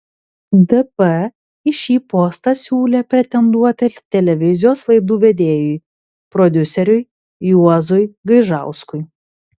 dp į šį postą siūlė pretenduoti televizijos laidų vedėjui prodiuseriui juozui gaižauskui